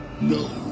no